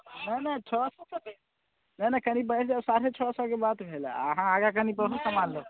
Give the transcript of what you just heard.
नहि नहि नहि नहि छओ सए कनि बढ़ि जाउ साढ़े छओ सए के बात भेल हँ आ अहाँ आगाँ कनि बढू समान लऽ के